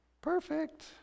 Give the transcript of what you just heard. perfect